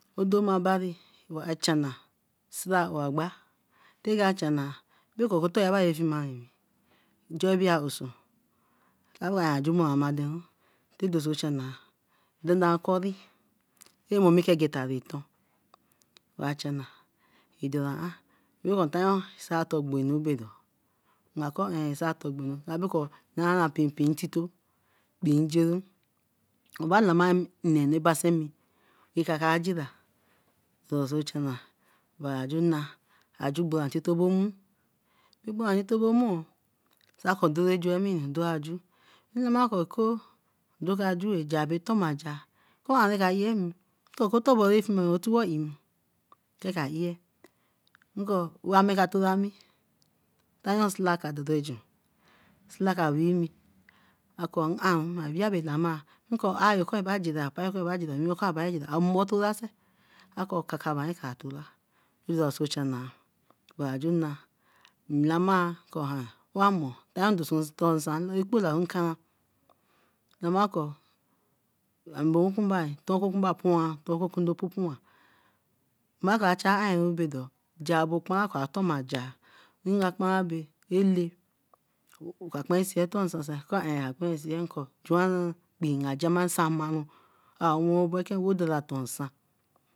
Odo ma bari wai chana arawo agba yai ka channah bekor oku otoh bae ra fima me, njor ra fie oso. Dane a kori regetta nton. Wa channa, ekpee doraen, ntano satogbonu. Ma kor nsator gbo enu berebekor apinpin ntito, kpii njeru. Eba lama nonee anu ra basen mi akara jira. obari aju na bora ntito bo mmu, ra boro ntito bo mmu oo, nlamai kor eko, ndo ba juehh da mare toma jar. Eko ebaba eyeh mi, oko tor ye re fime ka tubo eyeh mi. Ayeh ye, papa yen jor ba jira, kaka bara ka tola. Obari a ju na, lama kor wame ekpo dorunkara oo, lama kor ame bey wekunba oo, ntonn puan, nton wokun do pupuran mai ka cha bey do oka kparan ko atonaja. Nga kparan bey ele oka kparan seer oto. nsan sey, kor ka kparan seer, nko juan kpii nka jana nsan marun weru oboken do nsan.